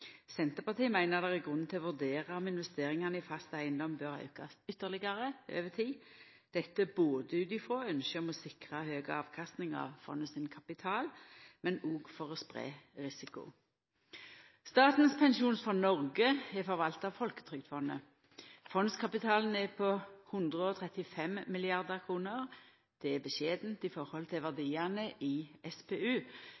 Senterpartiet meiner at det er grunn til å vurdera om investeringane i fast eigedom bør aukast ytterlegare over tid, dette både ut frå ynsket om å sikra høge avkastningar av fondet sin kapital, og for å spreia risiko. Statens pensjonsfond Norge er forvalta av Folketrygdfondet. Fondskapitalen er på 135 mrd. kr. Det er beskjedent i forhold til